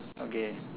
okay